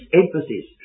emphasis